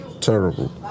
terrible